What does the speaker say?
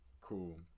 cool